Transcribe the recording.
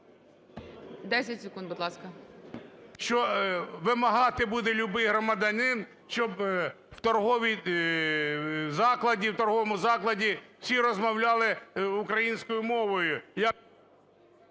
10 секунд, будь ласка. НІМЧЕНКО В.І. Що вимагати буде любий громадянин, щоб в торговому закладі всі розмовляли українською мовою.